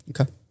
Okay